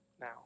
now